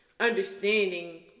Understanding